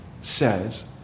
says